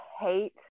hate